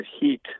heat